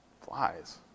Flies